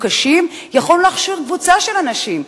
יכולנו להכשיר קבוצה של אנשים,